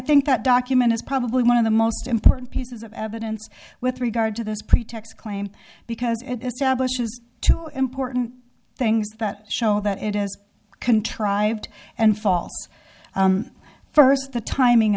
think that document is probably one of the most important pieces of evidence with regard to this pretext claim because it establishes two important things that show that it is contrived and false first the timing